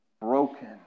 broken